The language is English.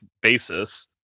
basis